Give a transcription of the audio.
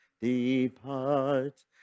depart